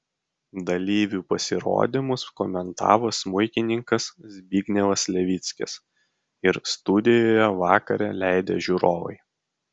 dalyvių pasirodymus komentavo smuikininkas zbignevas levickis ir studijoje vakarą leidę žiūrovai